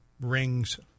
rings